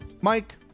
Mike